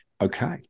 okay